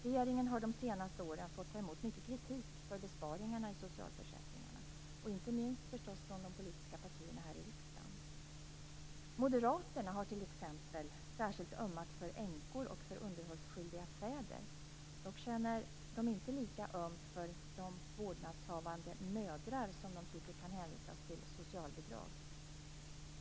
Regeringen har de senaste åren fått ta emot mycket kritik för besparingarna i socialförsäkringarna, inte minst förstås från de politiska partierna här i riksdagen. Moderaterna har t.ex. särskilt ömmat för änkor och för underhållsskyldiga fäder. Dock känner de inte lika ömt för de vårdnadshavande mödrarna, som de tycker kan hänvisas till socialbidrag.